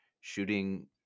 shooting